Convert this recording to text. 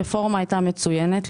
הרפורמה הייתה מצוינת,